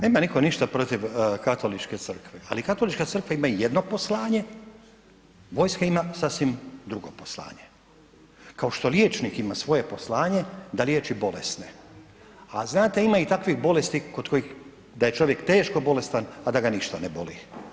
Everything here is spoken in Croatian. Nema niko ništa protiv katoličke crkve, ali katolička crkva ima jedno poslanje, vojska ima sasvim drugo poslanje, kao što liječnik ima svoje poslanje da liječi bolesne, a znate ima i takvih bolesti kod kojih, da je čovjek teško bolestan, a da ga ništa ne boli.